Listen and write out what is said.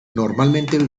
normalmente